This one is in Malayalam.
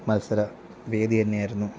മത്സര വേദി തന്നെ ആയിരുന്നു